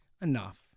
enough